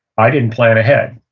i didn't plan ahead.